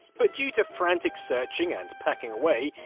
but due to frantic searching and packing away,